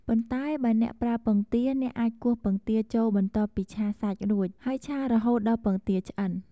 ប៉ុន្តែបើអ្នកប្រើពងទា អ្នកអាចគោះពងទាចូលបន្ទាប់ពីឆាសាច់រួច ហើយឆារហូតដល់ពងទាឆ្អិន។